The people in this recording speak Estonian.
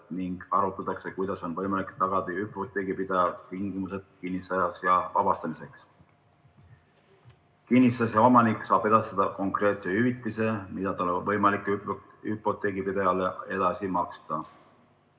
ning arutatakse, kuidas on võimalik tagada hüpoteegipidaja tingimused kinnisasja vabastamiseks. Kinnisasja omanik saab edastada konkreetse hüvitise, mida tal on võimalik hüpoteegipidajale edasi maksta.